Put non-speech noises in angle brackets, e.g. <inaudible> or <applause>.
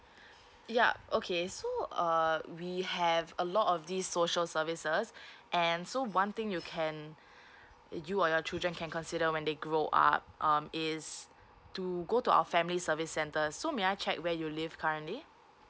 yup okay so uh we have a lot of these social services <breath> and so one thing you can you or your children can consider when they grow up um is to go to our family service centres so may I check where you live currently